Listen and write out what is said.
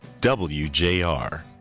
WJR